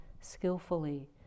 skillfully